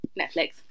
Netflix